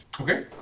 Okay